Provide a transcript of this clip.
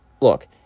look